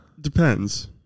Depends